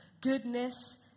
goodness